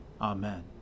Amen